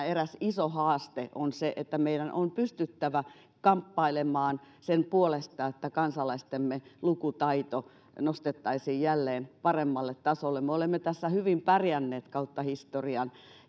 eräs iso haaste on se että meidän on pystyttävä kamppailemaan sen puolesta että kansalaistemme lukutaito nostettaisiin jälleen paremmalle tasolle me olemme tässä hyvin pärjänneet kautta historian